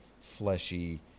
fleshy